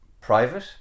private